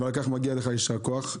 ועל כך יישר כוח.